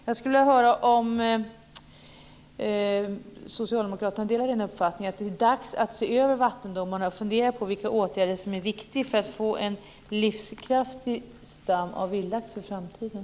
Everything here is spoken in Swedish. Jag skulle vilja höra om socialdemokraterna delar uppfattningen att det är dags att se över vattendomarna och fundera på vilka åtgärder som är viktiga för att få en livskraftig stam av vildlax för framtiden.